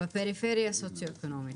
בפריפריה הסוציו-אקונומית.